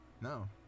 No